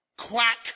quack